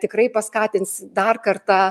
tikrai paskatins dar kartą